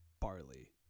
barley